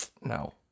no